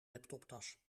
laptoptas